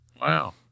Wow